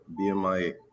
BMI